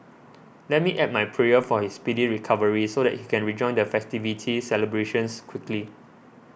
let me add my prayer for his speedy recovery so that he can rejoin the festivity celebrations quickly